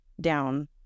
down